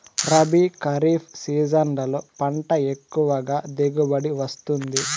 రబీ, ఖరీఫ్ ఏ సీజన్లలో పంట ఎక్కువగా దిగుబడి వస్తుంది